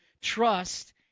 trust